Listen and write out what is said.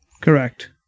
Correct